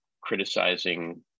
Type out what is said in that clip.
criticizing